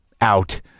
out